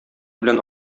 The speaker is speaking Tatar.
белән